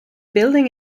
building